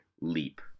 leap